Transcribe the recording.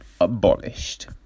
abolished